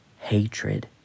hatred